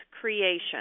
creation